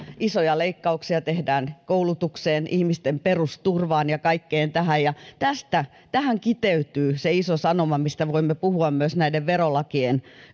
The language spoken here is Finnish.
isoja leikkauksia tehdään koulutukseen ihmisten perusturvaan ja kaikkeen tähän ja tähän kiteytyy se iso sanoma mistä voimme puhua myös näiden verolakien